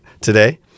today